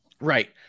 Right